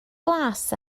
glas